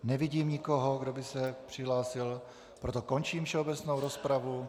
Nevidím nikoho, kdo by se přihlásil, proto končím všeobecnou rozpravu.